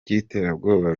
by’iterabwoba